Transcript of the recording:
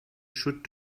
should